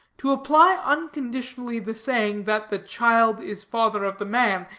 to apply unconditionally the saying, that the child is father of the man,